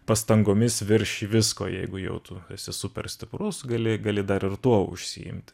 pastangomis virš visko jeigu jau tu esi super stiprus gali gali dar ir tuo užsiimti